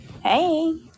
Hey